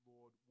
Lord